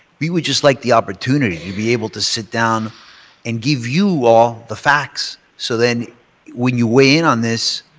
we would just like the opportunity to be able to sit down and give you all the facts so then when you weigh in on this,